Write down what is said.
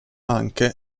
anche